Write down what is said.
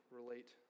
relate